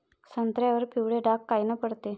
संत्र्यावर पिवळे डाग कायनं पडते?